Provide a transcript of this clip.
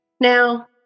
Now